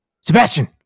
Sebastian